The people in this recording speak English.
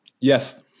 Yes